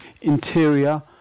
interior